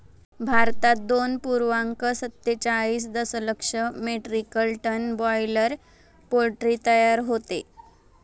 भारतात दोन पूर्णांक सत्तेचाळीस दशलक्ष मेट्रिक टन बॉयलर पोल्ट्री तयार होते